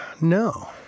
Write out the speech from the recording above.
No